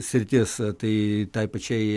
sritis tai tai pačiai